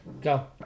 Go